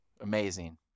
amazing